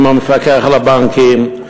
עם המפקח על הבנקים,